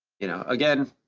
you know, again,